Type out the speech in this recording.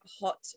hot